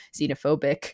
xenophobic